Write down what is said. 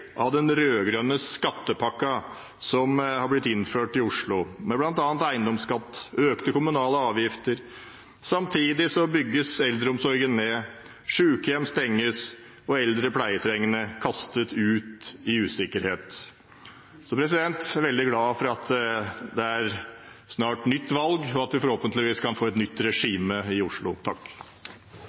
av den rød-grønne skattepakken som har blitt innført i Oslo, med bl.a. eiendomsskatt og økte kommunale avgifter. Samtidig bygges eldreomsorgen ned, sykehjem stenges, og eldre pleietrengende kastes ut i usikkerhet. Så jeg er veldig glad for at det snart er nytt valg, og at vi forhåpentligvis kan få et nytt regime i Oslo.